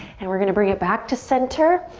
and we're gonna bring it back to center.